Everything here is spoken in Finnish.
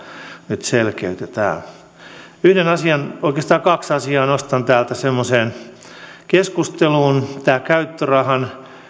nyt selkeytetään oikeastaan kaksi asiaa nostan täältä keskusteluun tämä käyttörahan